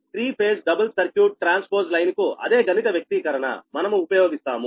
three phase double circuit transpose line కు అదే గణిత వ్యక్తీకరణ మనము ఉపయోగిస్తాము